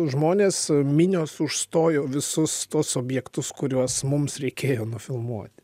žmonės minios užstojo visus tuos objektus kuriuos mums reikėjo nufilmuoti